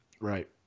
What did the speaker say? Right